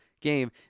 game